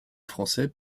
français